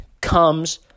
comes